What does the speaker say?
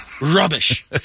Rubbish